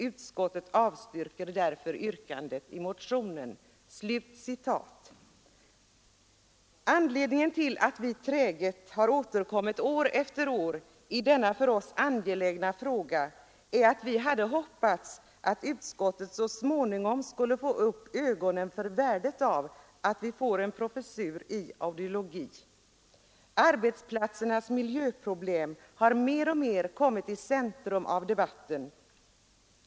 Utskottet avstyrker därför yrkandet i motionen 1974:463.” Anledningen till att vi träget har återkommit år efter år i denna angelägna fråga är att vi hade hoppats att utskottet så småningom skulle få upp ögonen för värdet av att en professur i audiologi inrättas. Arbetsplatsernas miljöproblem har mer och mer kommit i centrum av debatten.